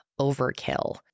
overkill